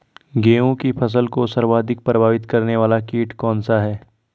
गेहूँ की फसल को सर्वाधिक प्रभावित करने वाला कीट कौनसा है?